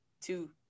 two